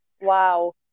Wow